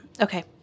Okay